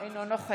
אפשר שאלת המשך?